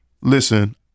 listen